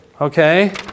Okay